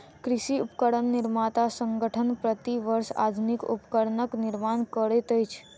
कृषि उपकरण निर्माता संगठन, प्रति वर्ष आधुनिक उपकरणक निर्माण करैत अछि